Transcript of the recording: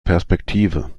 perspektive